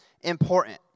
important